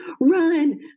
Run